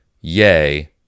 Yay